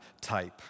type